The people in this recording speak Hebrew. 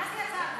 אז יצא הגז.